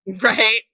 Right